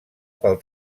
pel